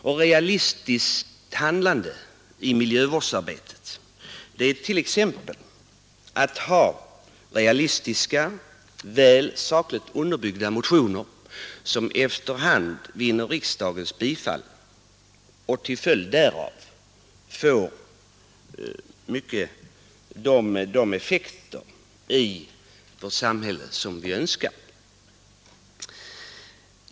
Ett realistiskt handlande i miljövårdsarbetet är t.ex. att lägga fram realistiska, sakligt väl underbyggda motioner som efter hand vinner riksdagens bifall och därmed får de effekter i samhället som vi önskar.